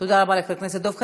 תודה רבה לחבר הכנסת דב חנין.